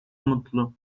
mutlu